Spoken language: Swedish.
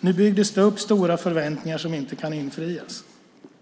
Nu byggdes det upp stora förväntningar som inte kan infrias.